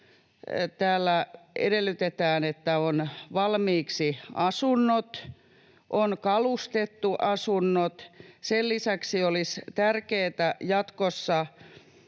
täällä edellytetään, että on valmiiksi asunnot, on kalustettu asunnot, sen lisäksi olisi tärkeätä jatkossa